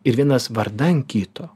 ir vienas vardan kito